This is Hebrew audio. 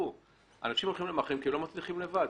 האנשים הולכים למאכערים כי הם לא מצליחים לבד,